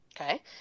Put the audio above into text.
Okay